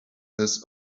his